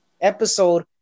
episode